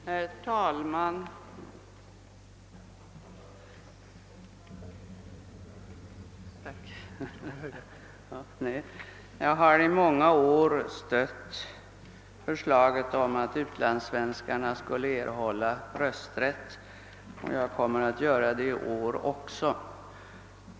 Herr talman! Jag har i många år röstat för förslag om att utlandssvenskarna skulle erhålla rösträtt, och jag kommer att göra det i år också.